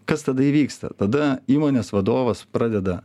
kas tada įvyksta tada įmonės vadovas pradeda